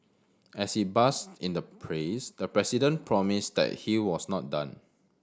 as he basked in the praise the president promised that he was not done